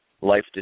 life